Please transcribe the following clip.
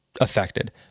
affected